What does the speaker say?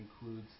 includes